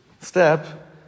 step